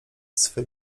swe